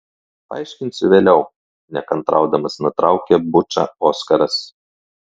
paaiškinsiu vėliau nekantraudamas nutraukė bučą oskaras